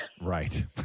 Right